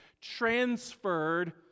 transferred